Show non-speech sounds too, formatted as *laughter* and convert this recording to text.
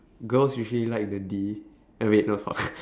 girls usually like the D uh wait no fuck *laughs*